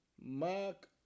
Mark